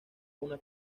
una